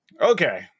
Okay